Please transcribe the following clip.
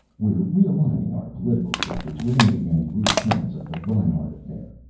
we're realigning our political structure to eliminate any recurrence of the reinhart affair.